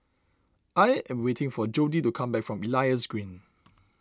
I am waiting for Jodi to come back from Elias Green